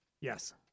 Yes